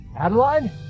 Adeline